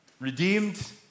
redeemed